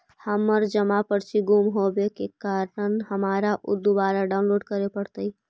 हमर जमा पर्ची गुम होवे के कारण हमारा ऊ दुबारा डाउनलोड करे पड़तई